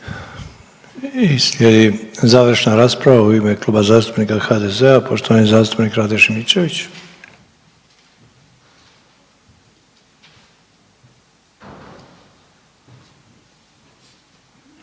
Slijedi završna rasprava u ime Kluba zastupnika HDZ-a, poštovani zastupnik Rade Šimičević.